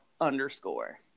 underscore